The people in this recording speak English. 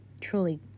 truly